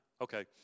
Okay